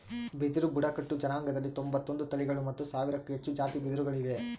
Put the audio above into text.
ಬಿದಿರು ಬುಡಕಟ್ಟು ಜನಾಂಗದಲ್ಲಿ ತೊಂಬತ್ತೊಂದು ತಳಿಗಳು ಮತ್ತು ಸಾವಿರಕ್ಕೂ ಹೆಚ್ಚು ಜಾತಿ ಬಿದಿರುಗಳು ಇವೆ